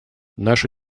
наша